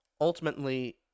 Ultimately